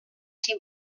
ser